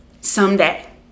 someday